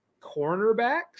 cornerbacks